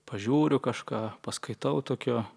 pažiūriu kažką paskaitau tokio